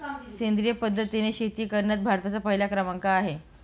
सेंद्रिय पद्धतीने शेती करण्यात भारताचा पहिला क्रमांक आहे